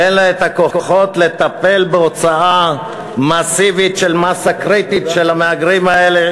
אין לה את הכוחות לטפל בהוצאה מסיבית של מאסה קריטית של המהגרים האלה,